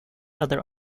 other